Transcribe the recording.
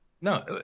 no